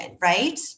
right